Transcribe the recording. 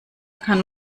kann